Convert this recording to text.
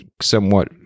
somewhat